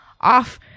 off